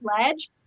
ledge